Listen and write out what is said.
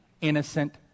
innocent